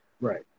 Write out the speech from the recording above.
Right